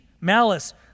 malice